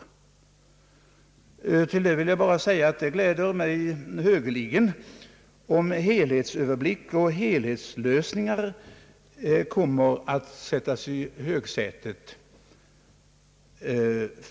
Till det vill jag bara säga att det gläder mig högeligen, om enhetlig överblick och helhetslösningar i fortsättningen kommer att sättas i högsätet.